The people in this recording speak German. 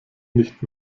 nicht